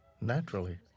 Naturally